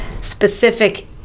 specific